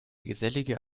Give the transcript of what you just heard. gesellige